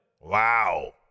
Wow